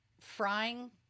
frying